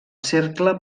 cercle